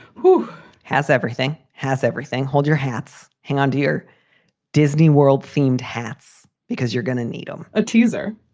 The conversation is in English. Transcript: who has everything? has everything. hold your hats. hang on, dear. disney world themed hats. because you're going to need them. a teaser.